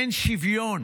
אין שוויון,